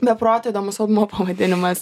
be proto įdomus albumo pavadinimas